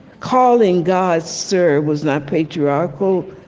calling god sir was not patriarchal,